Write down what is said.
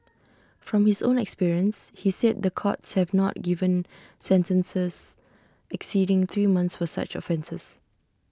from his own experience he said the courts have not given sentences exceeding three months for such offences